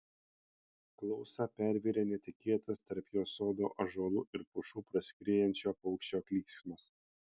klausą pervėrė netikėtas tarp jos sodo ąžuolų ir pušų praskriejančio paukščio klyksmas